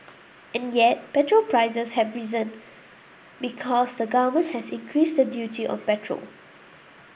and yet petrol prices have risen because the Government has increased the duty of petrol